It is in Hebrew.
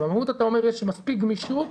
במהות אתה אומר שיש מספיק גמישות.